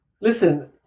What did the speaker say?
listen